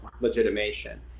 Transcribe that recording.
legitimation